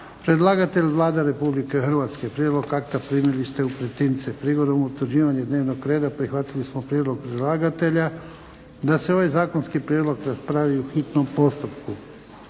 Predlagatelj Vlada Republike Hrvatske. Prijedlog akta primili ste u pretince. Prigodom utvrđivanja dnevnog reda prihvatili smo prijedlog predlagatelja da se ovaj zakonski prijedlog raspravi u hitnom postupku.